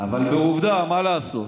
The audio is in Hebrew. אבל עובדה, מה לעשות,